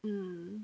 mm